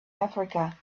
africa